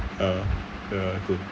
ya ya